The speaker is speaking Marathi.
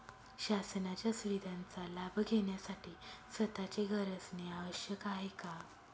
शासनाच्या सुविधांचा लाभ घेण्यासाठी स्वतःचे घर असणे आवश्यक आहे का?